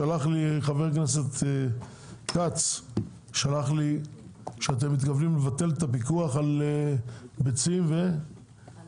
שלח לי חבר כנסת כץ שאתם מתכוונים לבטל את הפיקוח על ביצים וחלב.